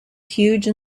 huge